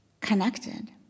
connected